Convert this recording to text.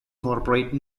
corporate